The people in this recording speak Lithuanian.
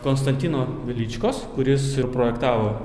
konstantino veličkos kuris suprojektavo